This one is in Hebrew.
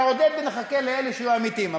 נעודד ונחכה לאלה שיהיו אמיתיים,